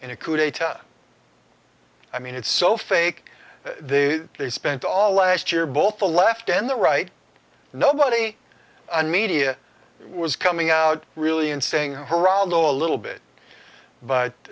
in a coup d'etat i mean it's so fake they spent all last year both the left and the right nobody and media was coming out really and saying geraldo a little bit but